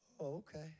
Okay